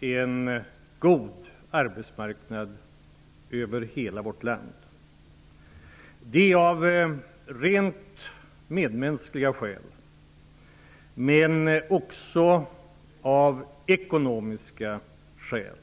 en god arbetsmarknad över hela vårt land. Det är så av rent medmänskliga skäl, men också av ekonomiska skäl.